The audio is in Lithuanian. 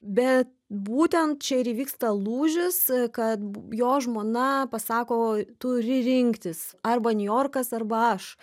bet būtent čia ir įvyksta lūžis kad jo žmona pasako turi rinktis arba niujorkas arba aš